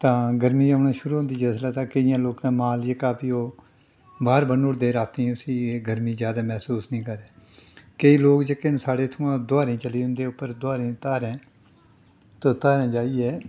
तां गर्मी औना शुरू होंदी जिसलै ते केइयें लोकैं माल जेह्का फ्ही ओह् बाह्र ब'न्नी ओड़दे रातीं उस्सी गर्मी जैदा मैह्सूस निं करै केईं लोग जेह्के न साढ़ै इत्थुआं दोहारै चली जंदे उप्पर दोहारें धारें ते ओह् धारें जाइयै